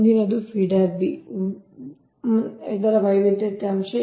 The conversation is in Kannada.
ಮುಂದಿನದು ಫೀಡರ್ B ಇದರ ವೈವಿಧ್ಯತೆಯ ಅಂಶ